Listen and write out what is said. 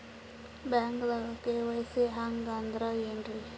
ಬ್ಯಾಂಕ್ದಾಗ ಕೆ.ವೈ.ಸಿ ಹಂಗ್ ಅಂದ್ರೆ ಏನ್ರೀ?